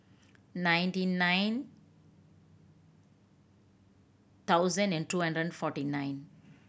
ninety nine thousand and two hundred and forty nine